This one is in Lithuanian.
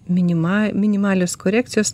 minima minimalios korekcijos